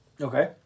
Okay